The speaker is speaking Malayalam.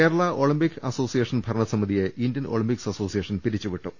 കേരള ഒളിമ്പിക്സ് അസോസിയേഷൻ ഭരണസമിതിയെ ഇന്ത്യൻ ഒളിമ്പിക്സ് അസോസിയേഷൻ പിരിച്ചുവിട്ടു